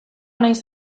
nahiz